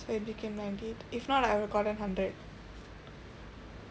so it became ninety eight if not I would've gotten hundred